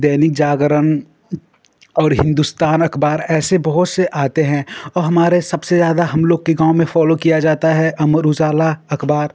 दैनिक जागरण और हिन्दुस्तान अख़बार ऐसे बहुत से आते हैं और हमारे सबसे ज़्यादा हमलोग के गाँव में फ़ॉलो किया जाता है अमर उज़ाला अख़बार